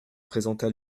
présenta